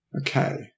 Okay